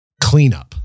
cleanup